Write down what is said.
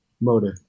motive